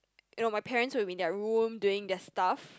you know my parents will be in their room doing their stuff